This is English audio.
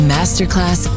Masterclass